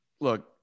Look